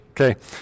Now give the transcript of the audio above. Okay